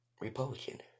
Republican